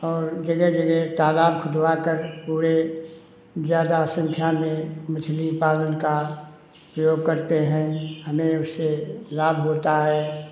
और जगह जगह तालाब खुदवाकर पूरे ज़्यादा संख्या में मछली पालन का प्रयोग करते हैं हमें उससे लाभ होता है